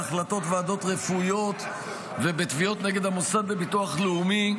החלטות ועדות רפואיות ובתביעות נגד המוסד לביטוח לאומי,